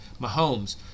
Mahomes